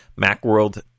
Macworld